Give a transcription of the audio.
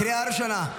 קריאה ראשונה.